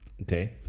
Okay